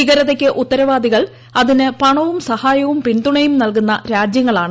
ഭീകരതയ്ക്ക് ഉത്തരവാദികൾ അതിന് പണവും സഹായവും പിന്തുണയും നൽകുന്ന രാജ്യങ്ങളാണ്